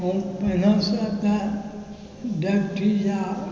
हम पहिनेसँ तऽ डायबिटीज आओर